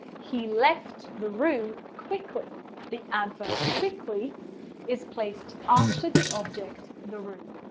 he left the room quickly the adverb quickly is placed after the object, the room.